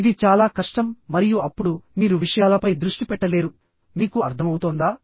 ఇది చాలా కష్టం మరియు అప్పుడు మీరు విషయాలపై దృష్టి పెట్టలేరు మీకు అర్థమవుతోందా